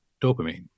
dopamine